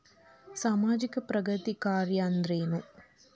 ಸಾಮಾಜಿಕ ಪ್ರಗತಿ ಕಾರ್ಯಾ ಅಂದ್ರೇನು?